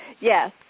Yes